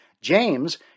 James